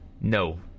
no